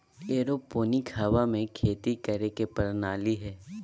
aeroponic हवा में खेती करे के प्रणाली हइ